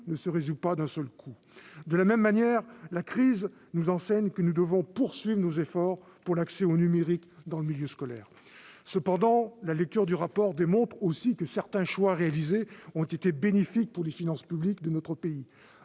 ne se résout pas d'un seul coup. De la même manière, la crise nous enseigne que nous devons poursuivre nos efforts pour l'accès au numérique dans le milieu scolaire. La lecture du rapport montre aussi que certains choix ont été bénéfiques pour les finances publiques de notre pays.